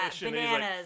bananas